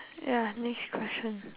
ya next question